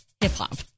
Hip-hop